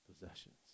possessions